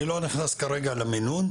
אני לא נכנס כרגע למינון.